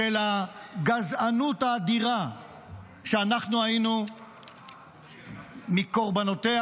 של הגזענות האדירה שאנחנו היינו מקורבנותיה